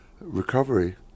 recovery